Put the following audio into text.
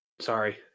sorry